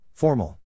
Formal